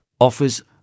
offers